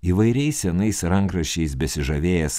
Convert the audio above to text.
įvairiais senais rankraščiais besižavėjęs